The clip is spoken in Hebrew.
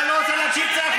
אני לא רוצה להקשיב לו.